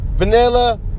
Vanilla